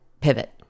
pivot